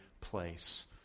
place